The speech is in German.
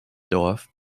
dorf